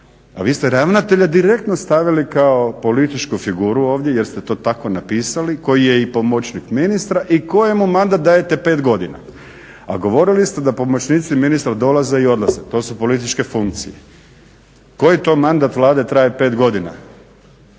a vi ste ravnatelja direktno stavili kao političku figuru ovdje jer ste to tako i napisali, koji je pomoćnik ministra i kojemu mandat dajete pet godina. A govorili ste da pomoćnici ministra dolaze i odlaze, to su političke funkcije. Koji to mandat vlade traje pet godina?